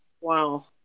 wow